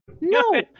No